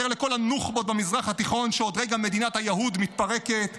לכל הנוח'בות במזרח התיכון שעוד רגע מדינת ה"יהוּד" מתפרקת,